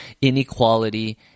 inequality